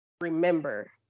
remember